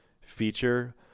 feature